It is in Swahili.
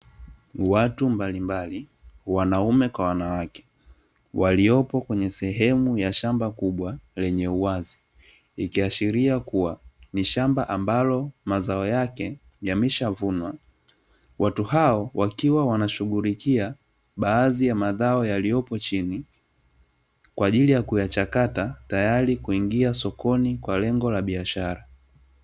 Watu mbalimbali wanaume kwa wanawake, waliopo kwenye sehemu ya shamba kubwa lenye uwazi, ikiashiria kuwa ni shamba ambalo mazao yake yameshavunwa, watu hao wakiwa wanashughulikia baadhi ya mazao yaliyopo chini, kwa ajili ya kuyachakata, tayari kuingia sokoni, kwa lengo la biashara.